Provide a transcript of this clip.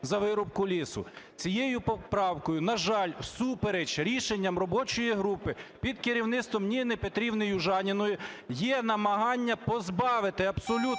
за вирубку лісу. Цією поправкою, на жаль, всупереч рішенням робочої групи під керівництвом Ніни Петрівни Южаніної є намагання позбавити абсолютно